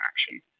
action